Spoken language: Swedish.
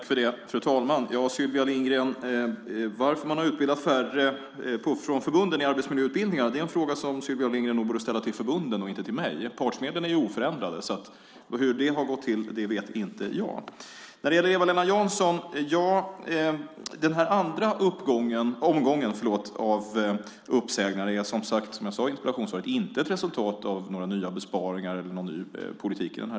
Fru talman! Varför man från förbunden har utbildat färre i arbetsmiljöutbildningarna är en fråga som Sylvia Lindgren nog borde ställa till förbunden och inte till mig. Partsmedlen är ju oförändrade. Hur det har gått till vet inte jag. Till Eva-Lena Jansson kan jag säga att den andra omgången av uppsägningar inte är ett resultat av några nya besparingar eller någon ny politik.